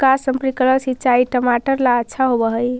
का स्प्रिंकलर सिंचाई टमाटर ला अच्छा होव हई?